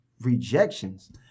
rejections